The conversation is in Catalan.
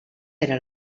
era